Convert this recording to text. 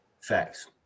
Facts